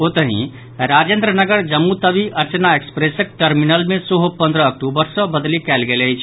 ओतहि राजेन्द्र नगर जम्मू तवी अर्चना एक्सप्रेसक टर्मिनल मे सेहो पंद्रह अक्टूबर सॅ बदलि कयल गेल अछि